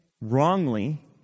wrongly